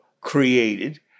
created